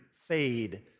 fade